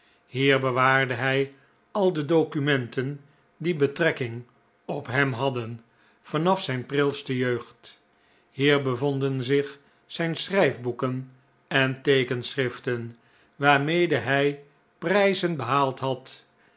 hier bewaarde hij al de documenten die betrekking op hem hadden vanaf zijn prilste jeugd hier bevonden zich zijn schrijfboeken en teekenschriften waarmede hij prijzen behaald had